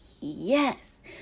yes